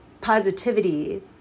positivity